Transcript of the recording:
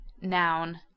Noun